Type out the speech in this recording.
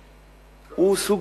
קלוש.